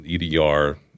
EDR